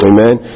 Amen